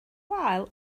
wael